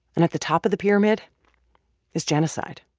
and at the top of the pyramid is genocide